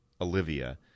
olivia